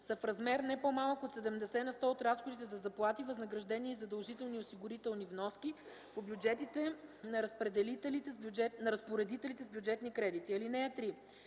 са в размер, не по-малък от 70 на сто от разходите за заплати, възнаграждения и задължителни осигурителни вноски по бюджетите на разпоредителите с бюджетни кредити.